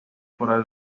for